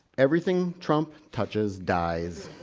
everything trump touches dies